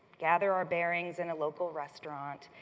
gather our bearings in a local restaurant,